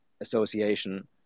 association